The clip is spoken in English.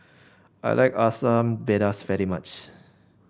I like Asam Pedas very much